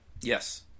Yes